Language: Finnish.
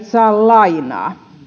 saa lainaa